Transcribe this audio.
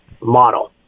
model